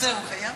תודה רבה.